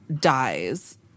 dies